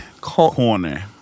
corner